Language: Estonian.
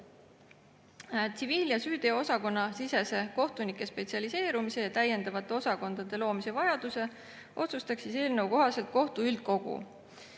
ja süüteoosakonna sisese kohtunike spetsialiseerumise ja täiendavate osakondade loomise vajaduse otsustaks eelnõu kohaselt kohtu üldkogu.